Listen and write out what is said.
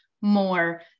more